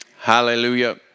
Hallelujah